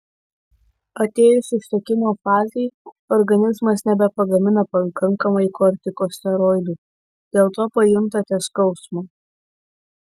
atėjus išsekimo fazei organizmas nebepagamina pakankamai kortikosteroidų dėl to pajuntate skausmą